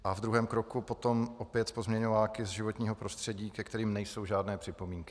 V druhém kroku potom opět pozměňováky z životního prostředí, ke kterým nejsou žádné připomínky.